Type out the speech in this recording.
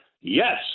yes